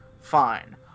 fine